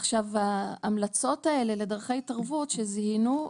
עכשיו ההמלצות האלה לדרכי התערבות שזיהינו,